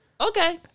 okay